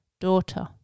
Daughter